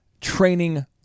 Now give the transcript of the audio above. training